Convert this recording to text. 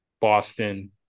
Boston